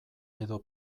edo